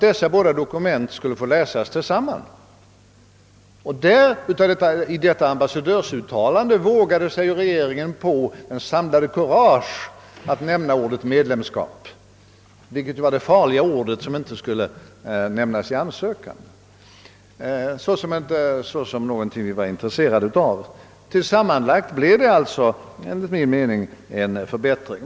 Dessa båda dokument skulle läsas tillsammans. I ambassadörsuttalandet samlade regeringen kurage till att nämna ordet medlemskap, det farliga ordet som inte skulle nämnas i ansökan såsom något vi var intresserade av. Sammanlagt blev intrycket alltså enligt min mening en viss förbättring.